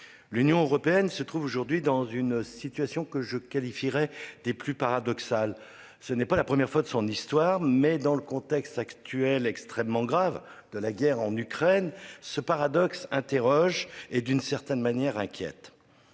L'Union européenne se trouve aujourd'hui dans une situation que je qualifierai des plus paradoxal, ce n'est pas la première fois de son histoire mais dans le contexte actuel extrêmement grave de la guerre en Ukraine ce paradoxe interroge et d'une certaine manière inquiète.